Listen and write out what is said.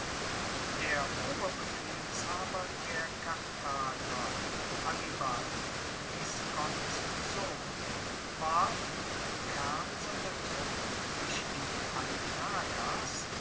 der oberbefehlshaber der karthager hannibal gisgons sohn warf mit dem kern seiner truppen sich in